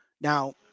Now